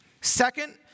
Second